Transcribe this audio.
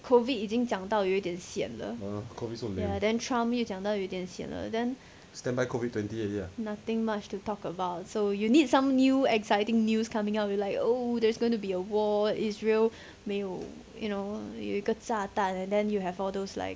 COVID 已经讲到有一点很 sian 了 ya then trump 又讲到有一点 sian 了 then nothing much to talk about so you need some new exciting news coming out you like oh there's going to be a war israel 没有 you know 有一个炸弹 then you have all those like